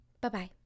Bye-bye